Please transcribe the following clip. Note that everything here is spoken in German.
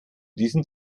diesem